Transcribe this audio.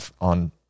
on